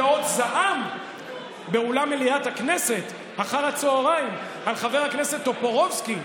ועוד זעם באולם מליאת הכנסת אחר הצוהריים על חבר הכנסת טופורובסקי,